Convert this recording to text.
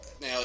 Now